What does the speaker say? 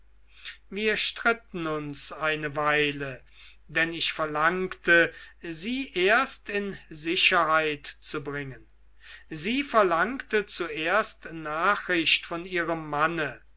wir stritten uns eine weile denn ich verlangte sie erst in sicherheit zu bringen sie verlangte zuerst nachricht von ihrem manne